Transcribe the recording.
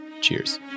Cheers